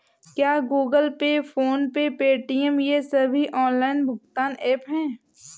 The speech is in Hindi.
क्या Google Pay PhonePe Paytm ये सभी ऑनलाइन भुगतान ऐप हैं?